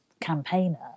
campaigner